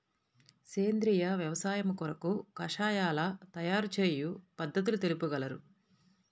సేంద్రియ వ్యవసాయము కొరకు కషాయాల తయారు చేయు పద్ధతులు తెలుపగలరు?